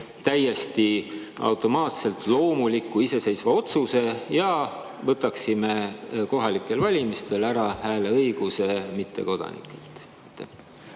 täiesti automaatselt loomuliku iseseisva otsuse ja võtaksime kohalikel valimistel mittekodanikelt